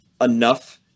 enough